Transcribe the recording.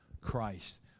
Christ